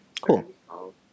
cool